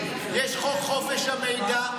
יש חוק חופש המידע.